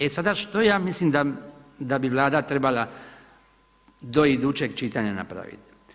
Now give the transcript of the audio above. E sada, što ja mislim da bi Vlada trebala do idućeg čitanja napraviti?